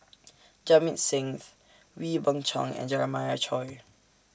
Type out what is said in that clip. Jamit Sings Wee Beng Chong and Jeremiah Choy